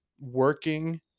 working